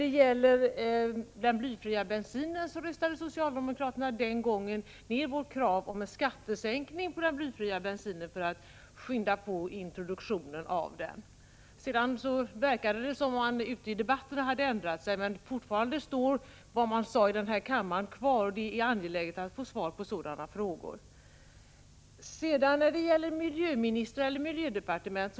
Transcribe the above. Vad beträffar den blyfria bensinen röstade socialdemokraterna ned vårt krav på en sänkning av skatten på denna för att skynda på introduktionen. Av debatterna ute i landet att döma har socialdemokraterna sedan ändrat sig på den punkten, men kvar står vad de sade i denna kammare, och det är angeläget att vi här får svar på frågorna om vad det är som skall gälla. Ulf Lönnqvist talade om miljöministrar och miljödepartement.